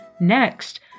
Next